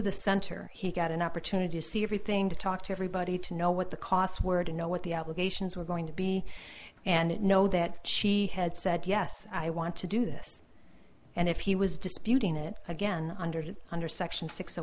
the center he got an opportunity to see everything to talk to everybody to know what the costs were to know what the allegations were going to be and know that she had said yes i want to do this and if he was disputing it again under the under section six